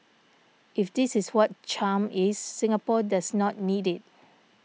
if this is what charm is Singapore does not need it